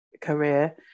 career